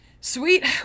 sweet